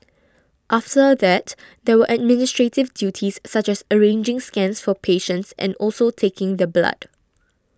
after that there were administrative duties such as arranging scans for patients and also taking the blood